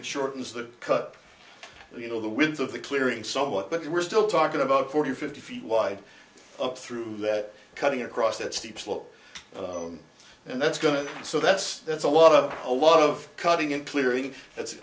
shortens the cut you know the width of the clearing somewhat but we're still talking about forty or fifty feet wide up through that cutting across that steep slope and that's good so that's that's a lot of a lot of cutting and clearing that's